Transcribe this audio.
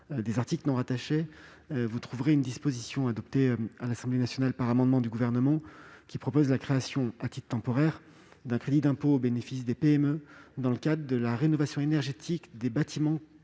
des articles non rattachés, vous trouverez une disposition adoptée à l'Assemblée nationale, à la suite d'un amendement proposé par le Gouvernement, qui crée, à titre temporaire, un crédit d'impôt au bénéfice des PME dans le cas de la rénovation énergétique des bâtiments